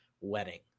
wedding